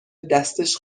دستش